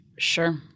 Sure